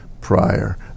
prior